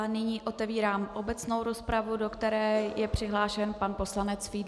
Nyní otevírám obecnou rozpravu, do které je přihlášen pan poslanec Fiedler.